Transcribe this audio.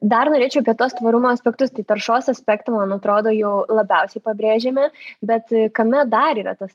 dar norėčiau apie tuos tvarumo aspektus tai taršos aspektą man atrodo jau labiausiai pabrėžėme bet kame dar yra tas